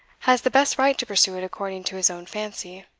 has the best right to pursue it according to his own fancy.